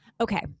okay